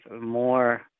more